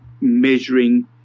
measuring